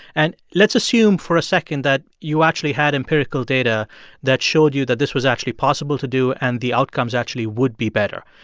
and let's assume for a second that you actually had empirical data that showed you that this was actually possible to do, and the outcomes actually would be better.